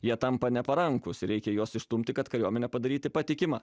jie tampa neparankūs reikia juos išstumti kad kariuomenę padaryti patikimą